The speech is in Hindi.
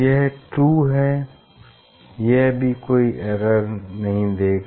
यह 2 है यह भी कोई एरर नहीं देगा